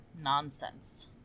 Nonsense